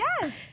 Yes